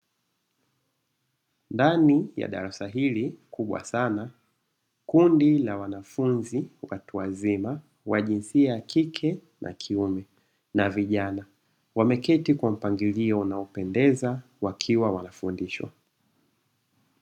Ndani ya darasa hili kubwa sana kundi la wanafunzi ukatuwazima wa jinsia ya kike na kiume na vijana wameketi kwa mpangilio unaopendeza wakiwa wanafundishwa.